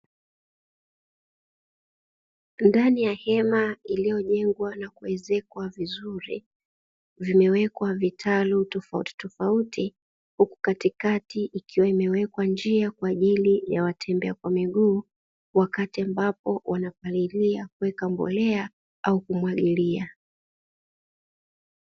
Ndani ya hema iliyojengwa na kuwezekwa vizuri, vimewekwa vitaru tofauti tofauti na katikati ikiwa imewekwa njia kwa ajili ya watembea kwa miguu wakati ambapo wanapalia, kuweka mbolea au kumwagilia.